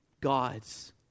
God's